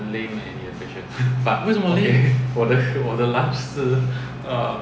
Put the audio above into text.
为什么 lame